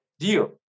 deal